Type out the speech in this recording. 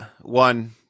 one